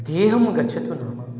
देहं गच्छतु नाम